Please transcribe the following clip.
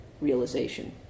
realization